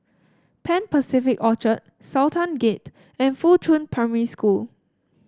Pan Pacific Orchard Sultan Gate and Fuchun Primary School